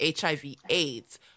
HIV/AIDS